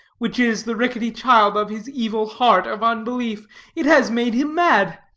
which is the rickety child of his evil heart of unbelief it has made him mad.